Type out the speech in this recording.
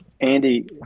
Andy